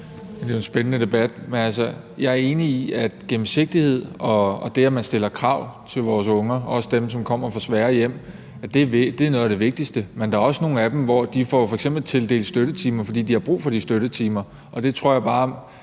Det er jo en spændende debat. Jeg er enig i, at gennemsigtighed og det, at man stiller krav til vores unger, også dem, som kommer fra svære hjem, er noget af det vigtigste. Men der er også nogle af dem, som f.eks. får tildelt støttetimer, fordi de har brug for de støttetimer. Og dér tror jeg bare,